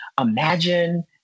imagine